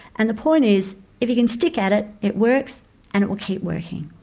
and the point is if you can stick at it, it works and it will keep working.